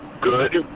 good